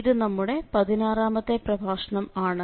ഇത് നമ്മുടെ 16 ാമത്തെ പ്രഭാഷണം ആണ്